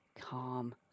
calm